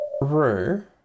Rue